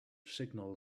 signal